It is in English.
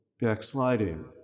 backsliding